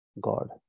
God